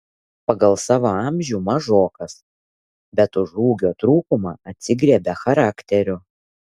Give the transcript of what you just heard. pagal savo amžių mažokas bet už ūgio trūkumą atsigriebia charakteriu